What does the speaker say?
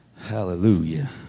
hallelujah